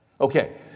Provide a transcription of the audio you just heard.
Okay